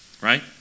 Right